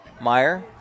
Meyer